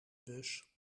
bus